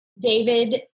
David